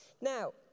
Now